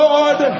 Lord